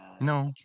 No